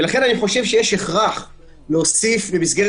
לכן אני חושב שיש הכרח להוסיף במסגרת